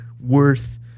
worth